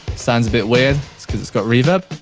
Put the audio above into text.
sounds a bit weird, it's because it's got reverb.